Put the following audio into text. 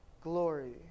glory